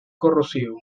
corrosivo